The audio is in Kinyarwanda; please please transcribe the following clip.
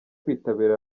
kwitabira